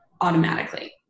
automatically